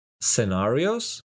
scenarios